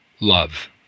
love